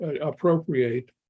appropriate